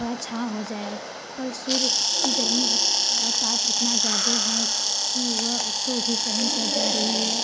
थोड़ी छाँव हो जाए पर सूर्य की गर्मी ही का ताप इतना ज़्यादा है कि वह उसको भी सहन कर जा रही है